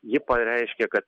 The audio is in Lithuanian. ji pareiškė kad